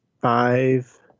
five